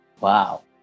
wow